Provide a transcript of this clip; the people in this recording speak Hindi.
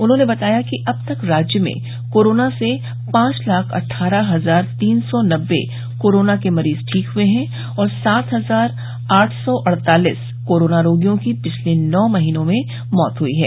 उन्होंने बताया कि अब तक राज्य में कोरोना से पांच लाख अट्ठारह हजार तीन सौ नब्बे कोरोना के मरीज ठीक हुए है और सात हजार आठ सौ अड़तालीस कोरोना रोगियों की पिछले नौ महीने में मौत हुई है